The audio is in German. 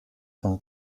von